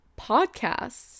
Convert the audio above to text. podcasts